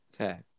Okay